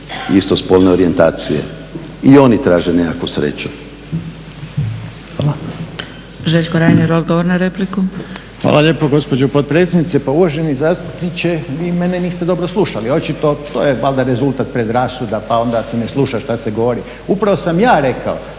istospolne orijentacije. I oni traže nekakvu sreću. Hvala. **Zgrebec, Dragica (SDP)** Željko Reiner, odgovor na repliku. **Reiner, Željko (HDZ)** Hvala lijepo gospođo potpredsjednice. Pa uvaženi zastupniče, vi mene niste dobro slušali, očito to je valjda rezultat predrasuda pa onda se ne sluša šta se govori. Upravo sam ja rekao